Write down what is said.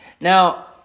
Now